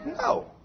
No